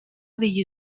degli